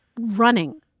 running